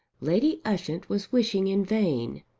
lady ushant was wishing in vain.